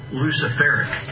luciferic